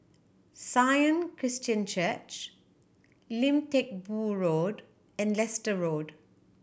Sion Christian Church Lim Teck Boo Road and Leicester Road